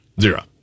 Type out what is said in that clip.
zero